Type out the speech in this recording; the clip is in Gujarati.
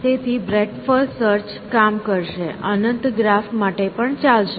તેથી બ્રેડ્થ ફર્સ્ટ સર્ચ કામ કરશે અનંત ગ્રાફ માટે પણ ચાલશે